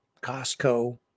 Costco